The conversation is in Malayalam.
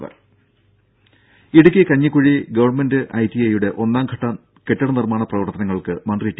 രുഭ ഇടുക്കി കഞ്ഞിക്കുഴി ഗവൺമെന്റ് ഐടിഐ യുടെ ഒന്നാംഘട്ട കെട്ടിട നിർമ്മാണ പ്രവർത്തനങ്ങൾക്ക് മന്ത്രി ടി